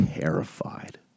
terrified